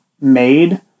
made